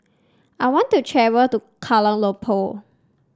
I want to travel to Kuala Lumpur